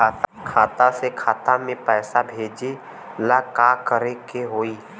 खाता से खाता मे पैसा भेजे ला का करे के होई?